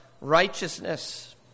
righteousness